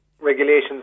regulations